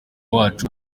wacu